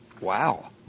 Wow